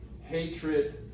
hatred